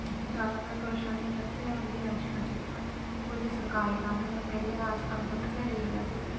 जैदातर परेशानी ते इत्थै औंदी अजकल जेह्का कोई बी सरकारी कम्म ऐ पैह्लें ते अस सारा दफ्तरें जाइयै करदे ते